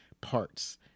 parts